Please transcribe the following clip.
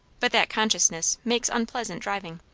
but that consciousness makes unpleasant driving.